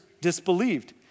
disbelieved